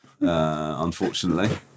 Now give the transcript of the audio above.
unfortunately